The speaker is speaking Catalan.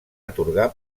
atorgar